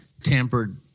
tampered